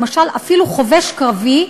למשל, אפילו חובש קרבי: